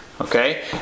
Okay